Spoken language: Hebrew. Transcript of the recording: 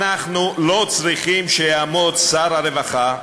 אנחנו לא צריכים שיעמוד שר הרווחה ויתחיל,